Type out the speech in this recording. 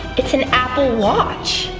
it's an apple watch.